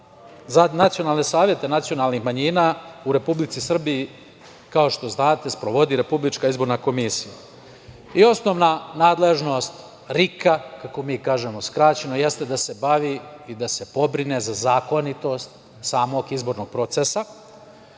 za nacionalne savete nacionalnih manjina u Republici Srbiji, kao što znate, sprovodi Republička izborna komisija. Osnovna nadležnost RIK-a, kako mi kažemo skraćeno, jeste da se bavi i da se pobrine za zakonitost samog izbornog procesa.